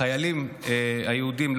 החיילים היהודים,